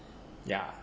ya